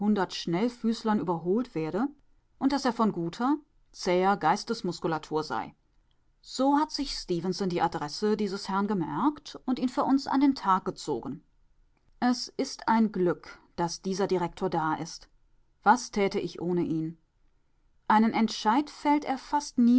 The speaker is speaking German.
schnellfüßlern überholt werde und daß er von guter zäher geistesmuskulatur sei so hat sich stefenson die adresse dieses herrn gemerkt und ihn für uns nun an den tag gezogen es ist ein glück daß dieser direktor da ist was täte ich ohne ihn einen